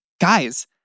guys